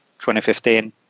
2015